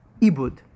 Ibud